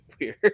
weird